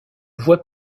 voie